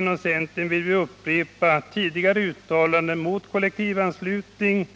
Inom centern vill vi upprepa tidigare uttalanden mot kollektiv anslutning,